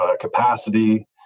capacity